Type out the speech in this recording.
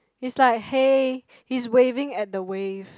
it's like hey he's waving at the wave